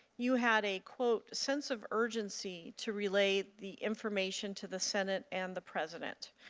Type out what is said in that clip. you had a, quote, sense of urgency to relay the information to the senate and the president.